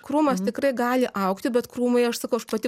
krūmas tikrai gali augti bet krūmai aš sakau aš pati